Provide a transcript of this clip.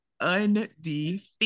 undefeated